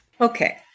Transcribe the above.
Okay